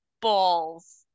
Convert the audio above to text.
balls